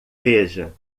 veja